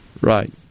right